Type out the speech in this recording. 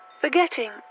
forgetting